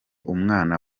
umwana